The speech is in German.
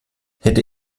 hätte